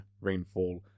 rainfall